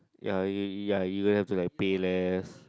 ya ya you have to like pay less